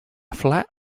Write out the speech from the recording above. flat